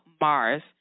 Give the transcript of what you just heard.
Mars